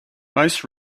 most